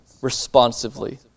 responsively